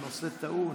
הנושא טעון.